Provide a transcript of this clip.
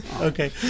Okay